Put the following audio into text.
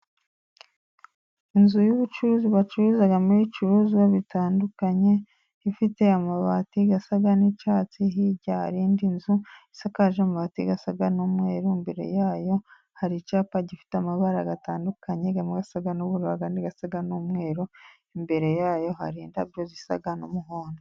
Inzu y'ubucuruzi bacururizamo ibicuruzwa bitandukanye, ifite amabati asa n'icyatsi, hirya har'indi nzu isakaje amabati asa n'umweru, imbere yayo har'icyapa gifite amabara atandukanye, amwe asa n'ubururu, ayandi asa n'umweru, imbere yayo har'indabyo zisa n'umuhondo.